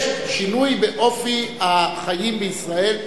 יש שינוי באופי החיים בישראל.